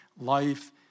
Life